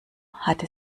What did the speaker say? hatte